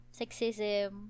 sexism